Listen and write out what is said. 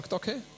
okay